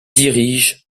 dirige